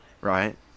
Right